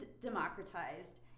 democratized